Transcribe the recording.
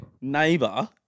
neighbor